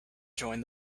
join